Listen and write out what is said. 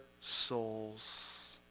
souls